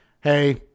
Hey